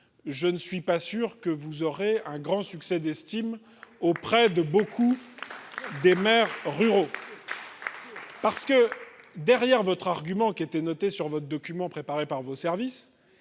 je ne suis pas sûr que vous aurez un grand succès d'estime auprès de beau. Des maires ruraux parce que. Derrière votre argument qui était noté sur votre document préparé par vos services